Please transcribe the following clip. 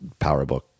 PowerBook